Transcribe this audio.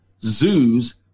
zoos